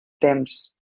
temps